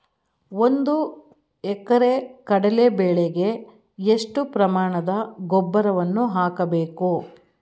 ಒಂದು ಎಕರೆ ಕಡಲೆ ಬೆಳೆಗೆ ಎಷ್ಟು ಪ್ರಮಾಣದ ಗೊಬ್ಬರವನ್ನು ಹಾಕಬೇಕು?